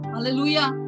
Hallelujah